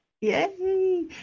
Yay